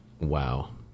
Wow